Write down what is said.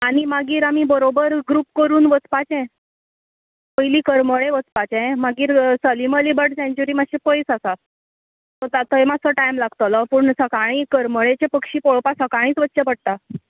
आनी मागीर आमी बरोबर ग्रूप करून वचपाचें पयली करमळे वचपाचें मागीर सलीम अली बर्ड सँचरी बर्ड सँचरी मात्शें पयस आसा थंय मात्सो टायम लागतलो पूण सकाळी करमळेचे पक्षी पळोवपाक सकाळीच वच्चें पडटा